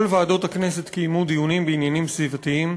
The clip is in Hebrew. כל ועדות הכנסת קיימו דיונים בעניינים סביבתיים.